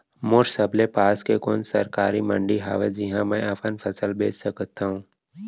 मोर सबले पास के कोन सरकारी मंडी हावे जिहां मैं अपन फसल बेच सकथव?